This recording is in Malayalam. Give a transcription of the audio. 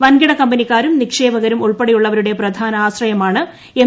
വൻകിട കമ്പനിക്കാരും നിക്ഷേപകരും ഉൾപ്പെടെയുള്ളവരുടെ പ്രധാന ആശ്രയമാണ് എം